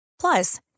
Plus